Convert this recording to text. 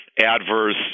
Adverse